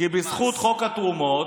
כי בזכות חוק התרומות,